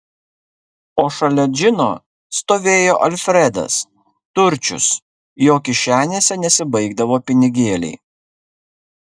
o šalia džino stovėjo alfredas turčius jo kišenėse nesibaigdavo pinigėliai